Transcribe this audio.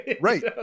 Right